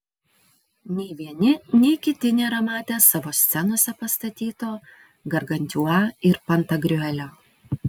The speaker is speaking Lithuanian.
nei vieni nei kiti nėra matę savo scenose pastatyto gargantiua ir pantagriuelio